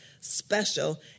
special